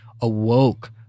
awoke